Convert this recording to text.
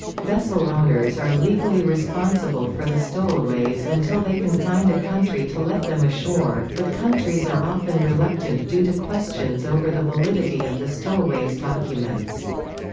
vessel owners are legally responsible for the stowaways until they can find a country to let them ashore, but countries are often reluctant due to questions over the validity of the stowaways' documents.